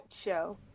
show